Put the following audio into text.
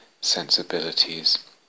sensibilities